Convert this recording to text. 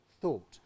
thought